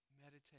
meditate